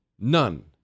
none